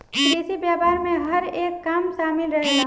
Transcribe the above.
कृषि व्यापार में हर एक काम शामिल रहेला